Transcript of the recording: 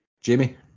Jamie